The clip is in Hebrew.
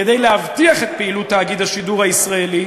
כדי להבטיח את פעילות תאגיד השידור הישראלי,